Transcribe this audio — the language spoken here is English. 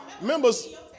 Members